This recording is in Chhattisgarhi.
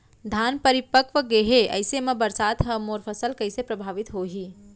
धान परिपक्व गेहे ऐसे म बरसात ह मोर फसल कइसे प्रभावित होही?